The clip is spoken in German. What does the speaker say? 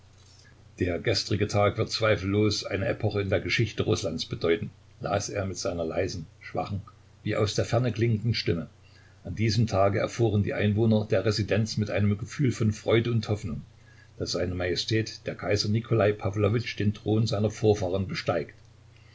der gestrige tag wird zweifellos eine epoche in der geschichte rußlands bedeuten las er mit seiner leisen schwachen wie aus der ferne klingenden stimme an diesem tage erfuhren die einwohner der residenz mit einem gefühl von freude und hoffnung daß seine majestät der kaiser nikolai pawlowitsch den thron seiner vorfahren besteigt